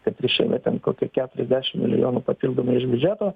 taip ir šiemet ten kokį keturiasdešimt milijonų papildomai iš biudžeto